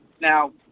Now